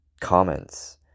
comments